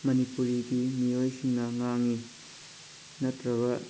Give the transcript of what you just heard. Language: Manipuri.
ꯃꯅꯤꯄꯨꯔꯤꯒꯤ ꯃꯤꯑꯣꯏꯁꯤꯡꯅ ꯉꯥꯡꯏ ꯅꯠꯇ꯭ꯔꯒ